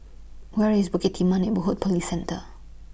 Where IS Bukit Timah Neighbourhood Police Centre